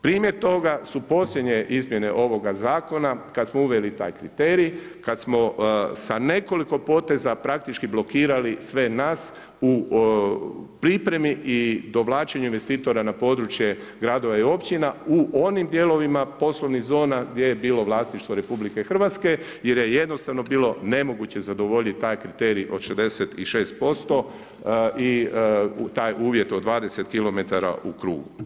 Primjer toga su posljednje izmjene ovoga zakona kada smo uveli taj kriterij, kada smo sa nekoliko poteza praktički blokirali sve nas u pripremi i dovlačenju investitora na područje gradova i općina u onim dijelovima poslovnih zona gdje je bilo vlasništvo RH jer je jednostavno bilo nemoguće zadovoljiti taj kriterij od 66% i taj uvjet od 20km u krug.